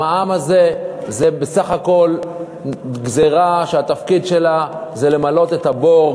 המע"מ הזה זה בסך הכול גזירה שהתפקיד שלה למלא את הבור,